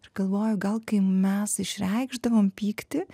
ir galvoju gal kai mes išreikšdavom pyktį